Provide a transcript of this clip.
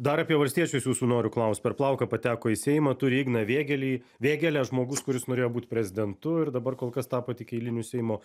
dar apie valstiečius jūsų noriu klaust per plauką pateko į seimą turi igną vėgėlį vėgėlę žmogus kuris norėjo būt prezidentu ir dabar kol kas tapo tik eiliniu seimo